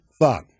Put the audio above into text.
thought